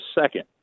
second